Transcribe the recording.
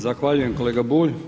Zahvaljujem kolega Bulj.